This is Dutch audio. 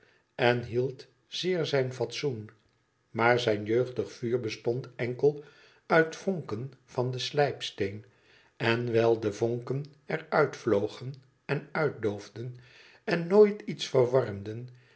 en hield zeer zijn fatsoen maar zijn jeugdig vuur bestond enkel uit vonken van den slijpsteen en wijl de vonken er uitvlogen en uitdoofden en nooit iets verwarmden